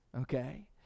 okay